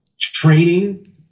training